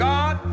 God